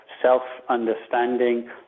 self-understanding